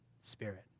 Spirit